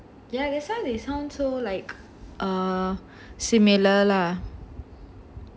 ya that's why they sound so like err similar lah